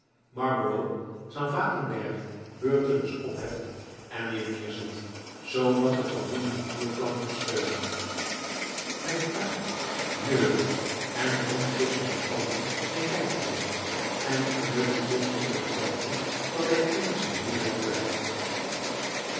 beurtelings opheft en weer neerzet zoodat de vermolmde vloerplanken steunen hij fluit neuriet en bromt tusschen de tanden zijn lijfdeuntje en verkneukelt zich in de gedachte dat hij eindelijk zijn doel heeft bereikt